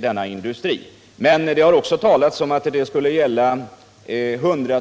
denna industri, men det har också talats om att det skulle gälla mer än 100